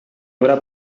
haurà